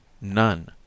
None